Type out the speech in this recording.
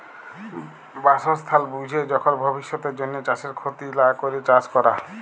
বাসস্থাল বুইঝে যখল ভবিষ্যতের জ্যনহে চাষের খ্যতি লা ক্যরে চাষ ক্যরা